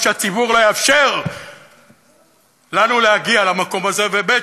שהציבור לא יאפשר לנו להגיע למקום הזה, וב.